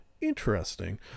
Interesting